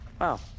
Wow